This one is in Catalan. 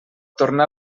tornar